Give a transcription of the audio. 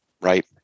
Right